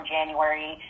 January